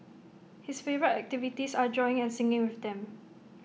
his favourite activities are drawing and singing with them